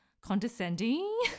Condescending